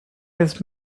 his